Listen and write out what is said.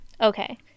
okay